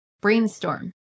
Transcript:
brainstorm